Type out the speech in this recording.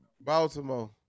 Baltimore